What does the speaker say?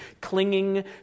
clinging